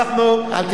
אנחנו הכלה,